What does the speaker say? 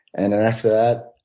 and after that,